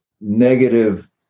negative